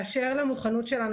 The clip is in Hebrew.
באשר למוכנות שלנו,